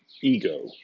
ego